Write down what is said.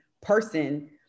person